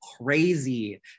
crazy